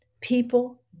People